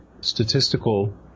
statistical